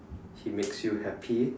he makes you happy